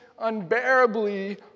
unbearably